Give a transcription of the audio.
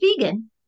vegan